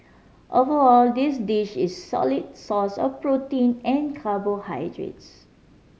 overall this dish is solid source of protein and carbohydrates